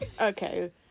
Okay